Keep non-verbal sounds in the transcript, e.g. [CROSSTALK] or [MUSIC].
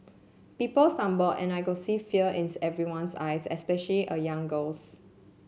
people stumbled and I could see fear in [UNINTELLIGIBLE] everyone's eyes especially a young girl's